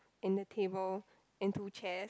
and a table and two chairs